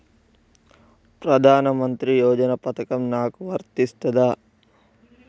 ప్రధానమంత్రి యోజన పథకం నాకు వర్తిస్తదా?